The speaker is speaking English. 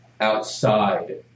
outside